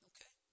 Okay